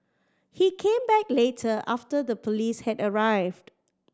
he came back later after the police had arrived